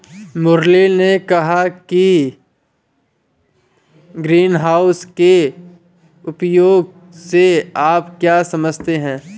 मुरली ने कहा कि ग्रीनहाउस के उपयोग से आप क्या समझते हैं?